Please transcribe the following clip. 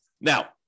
Now